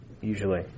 usually